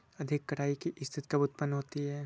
अधिक कटाई की स्थिति कब उतपन्न होती है?